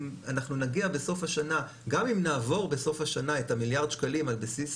גם אם נעבור בסוף השנה את המיליארד שקלים על בסיס